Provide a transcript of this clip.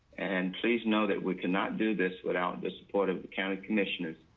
and please know that we cannot do this without the support of the county commissioners.